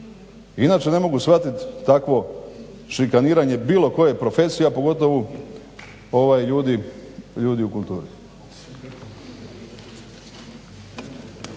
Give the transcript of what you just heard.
Inače ne mogu shvatit takvo šikaniranje bilo koje profesije a pogotovo ljudi u kulturi.